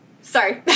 Sorry